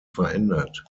verändert